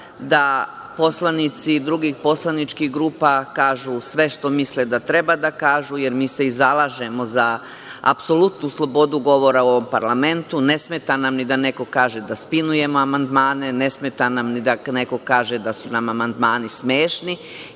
da poslanici drugih poslaničkih grupa kažu sve što misle da treba da kažu, jer mi se i zalažemo za apsolutnu slobodu govora u ovom parlamentu. Ne smeta nam ni da neko kaže da spinujemo amandmane, ne smeta nam ni da neko kaže da su nam amandmani smešni.